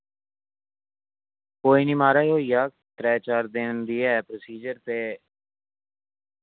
कोई निं म्हाराज होई जाह्ग त्रै चार दिन दी ऐ प्रोसीज़र ते